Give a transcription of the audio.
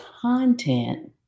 content